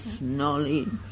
knowledge